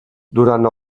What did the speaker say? durant